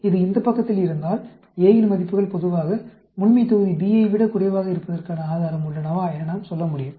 இது இந்த பக்கத்தில் இருந்தால் A இன் மதிப்புகள் பொதுவாக முழுமைத்தொகுதி B ஐ விட குறைவாக இருப்பதற்கான ஆதாரம் உள்ளனவா என நாம் சொல்ல முடியும்